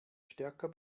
stärker